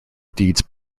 deeds